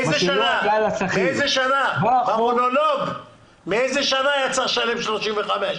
באיזה שנה היה צריך לשלם 35%?